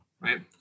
right